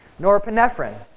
Norepinephrine